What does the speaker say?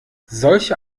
solche